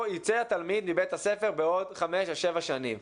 ייצא התלמיד מבית הספר בעוד חמש או שבע שנים?